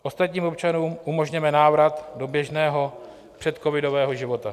Ostatním občanům umožněme návrat do běžného předcovidového života.